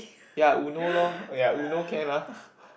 ya Uno lor oh ya Uno can ah